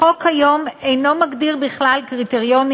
החוק היום אינו מגדיר בכלל קריטריונים,